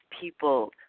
people